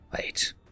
Wait